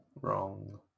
Wrong